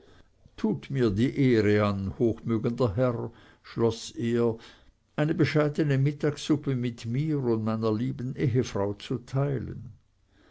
tut mir die ehre an hochmögender herr schloß er eine bescheidene mittagssuppe mit mir und meiner lieben ehefrau zu teilen